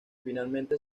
finalmente